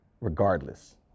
regardless